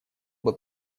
был